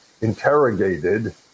interrogated